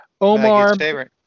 Omar